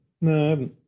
No